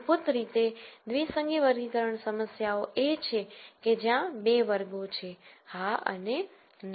મૂળભૂત રીતે દ્વિસંગી વર્ગીકરણ સમસ્યાઓ એ છે કે જ્યાં 2 વર્ગો છે હા અને ના